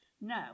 No